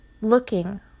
looking